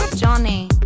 Johnny